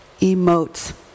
emotes